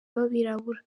b’abirabura